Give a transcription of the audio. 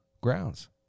grounds